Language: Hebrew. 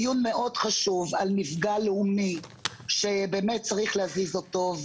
זהו דיון חשוב מאוד על מפגע לאומי שבאמת צריך להזיז אותו.